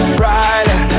brighter